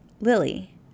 Lily